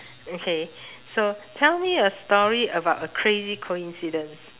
okay so tell me a story about a crazy coincidence